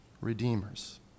redeemers